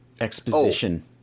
Exposition